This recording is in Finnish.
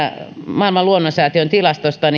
maailman luonnonsäätiön tilastosta